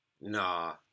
Nah